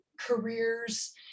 careers